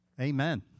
Amen